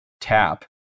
tap